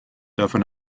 davon